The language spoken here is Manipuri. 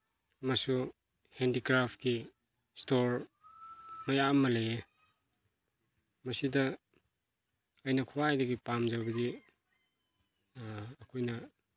ꯑꯃꯁꯨ ꯍꯦꯟꯗꯤꯀ꯭ꯔꯥꯐꯀꯤ ꯏꯁꯇꯣꯔ ꯃꯌꯥꯝ ꯑꯃ ꯂꯩꯌꯦ ꯃꯁꯤꯗ ꯑꯩꯅ ꯈ꯭ꯋꯥꯏꯗꯒꯤ ꯄꯥꯝꯖꯕꯗꯤ ꯑꯩꯈꯣꯏꯅ